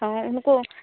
हाँ उनको